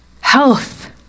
Health